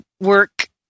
work